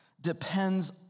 depends